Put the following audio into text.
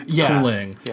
cooling